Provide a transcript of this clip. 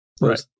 right